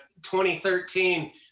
2013